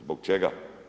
Zbog čega?